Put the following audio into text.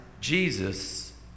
Jesus